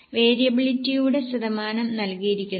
വേരിയബിലിറ്റിയുടെ ശതമാനം നൽകിയിരിക്കുന്നു